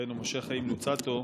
רבנו משה חיים לוצאטו,